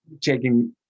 taking